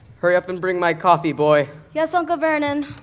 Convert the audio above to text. hurry up and bring my coffee, boy. yes, uncle vernon.